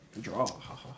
Draw